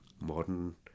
modern